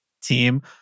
team